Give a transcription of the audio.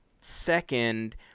Second